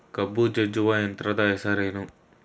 ಕಬ್ಬು ಜಜ್ಜುವ ಯಂತ್ರದ ಹೆಸರೇನು?